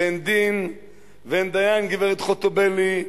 ואין דין ואין דיין, הגברת חוטובלי.